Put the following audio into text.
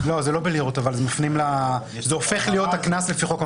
זה הופך להיות הקנס לפי חוק העונשין.